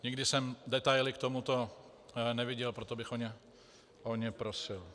Nikdy jsem detaily k tomuto neviděl, proto bych o ně prosil.